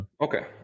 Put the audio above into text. okay